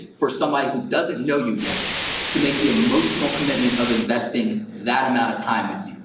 for somebody who doesn't know you yet to make the emotional commitment of investing that amount of time with